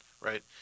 right